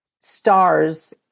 stars